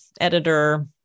editor